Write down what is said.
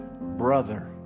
brother